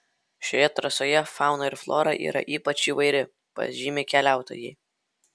šioje trasoje fauna ir flora yra ypač įvairi pažymi keliautojai